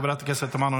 חבר הכנסת איזנקוט,